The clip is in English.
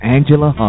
Angela